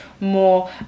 more